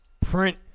Print